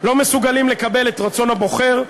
לא מסוגלים לקבל את רצון הבוחר,